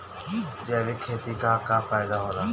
जैविक खेती क का फायदा होला?